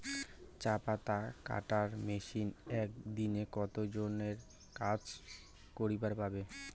চা পাতা কাটার মেশিন এক দিনে কতজন এর কাজ করিবার পারে?